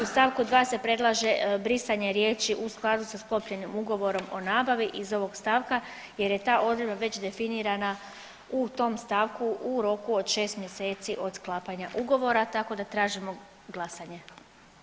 U st. 2 se predlaže brisanje riječi u skladu sa sklopljenim ugovorom o nabavi iz ovog stavka jer je ta odredba već definirana u tom stavku u roku od šest mjeseci od sklapanja ugovor, tako da tražimo glasanje.